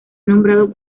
nombrado